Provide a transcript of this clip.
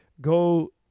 go